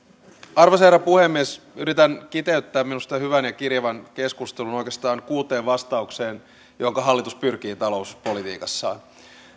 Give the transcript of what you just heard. arvoisa herra puhemies yritän kiteyttää minusta hyvän ja kirjavan keskustelun oikeastaan kuuteen vastaukseen joihinka hallitus pyrkii talouspolitiikassaan